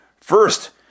First